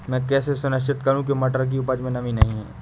मैं कैसे सुनिश्चित करूँ की मटर की उपज में नमी नहीं है?